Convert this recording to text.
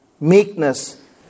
meekness